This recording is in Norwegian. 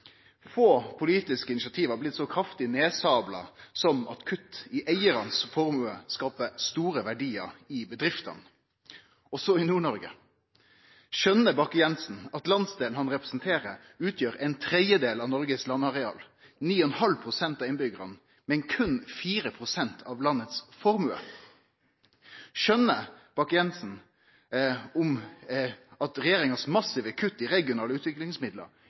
Få politiske initiativ har blitt så kraftig nedsabla som det som handlar om at kutt i eigarane sine formuar skapar store verdiar i bedriftene – også i Nord-Noreg. Skjøner Bakke-Jensen at landsdelen han representerer, utgjer ein tredjedel av Noreg sitt landareal, 9,5 pst. av innbyggjarane, men berre 4 pst. av landet sine formuar? Skjøner Bakke-Jensen at regjeringa sine massive kutt i regionale